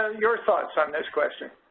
ah your thoughts on this question?